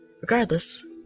Regardless